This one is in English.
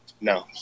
No